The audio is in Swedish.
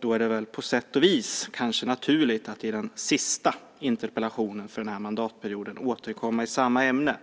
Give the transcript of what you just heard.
Då är det kanske på sätt och vis naturligt att i den sista interpellationen för den här mandatperioden återkomma i samma ämne.